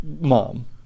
mom